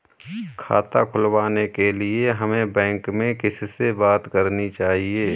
खाता खुलवाने के लिए हमें बैंक में किससे बात करनी चाहिए?